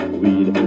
weed